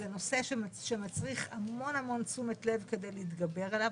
זה נושא שמצריך המון תשומת לב כדי להתגבר עליו,